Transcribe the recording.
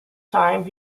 time